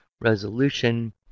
resolution